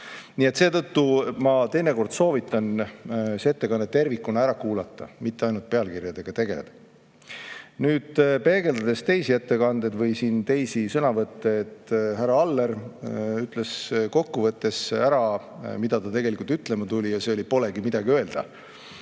Nii et seetõttu ma teinekord soovitan see ettekanne tervikuna ära kuulata, mitte ainult pealkirjadega tegeleda. Nüüd, peegeldades teisi ettekanded või teisi sõnavõtte, härra Aller ütles kokkuvõttes ära, mida ta tegelikult ütlema tuli, ja see oli: polegi midagi öelda.